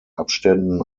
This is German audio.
abständen